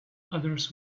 others